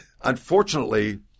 unfortunately